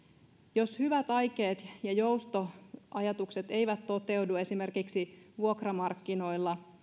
jos hyvät aikeet ja joustoajatukset eivät toteudu esimerkiksi vuokramarkkinoilla